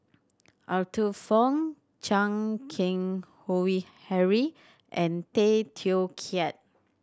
Arthur Fong Chan Keng Howe Harry and Tay Teow Kiat